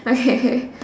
okay